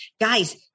guys